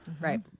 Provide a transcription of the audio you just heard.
Right